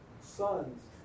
sons